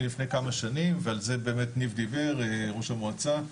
לפני כמה שנים ועל זה באמת ניב ראש המועצה דיבר.